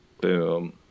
Boom